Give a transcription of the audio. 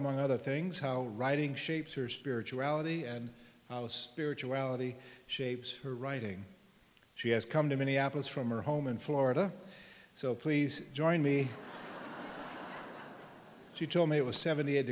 among other things how writing shapes or spirituality spirituality shapes her writing she has come to minneapolis from her home in florida so please join me she told me it was seventy eight